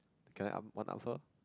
can I up one up her